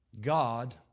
God